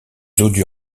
zone